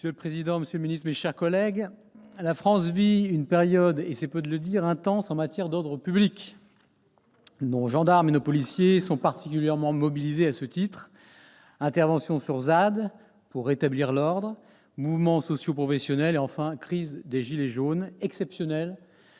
Monsieur le président, monsieur le secrétaire d'État, mes chers collègues, la France vit une période intense- c'est peu de le dire -en matière d'ordre public. Nos gendarmes et nos policiers sont particulièrement mobilisés à ce titre : interventions dans les ZAD pour rétablir l'ordre, mouvements socioprofessionnels et, enfin, crise des « gilets jaunes » exceptionnelle